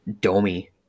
Domi